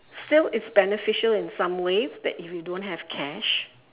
still it's beneficial in some ways that you don't have cash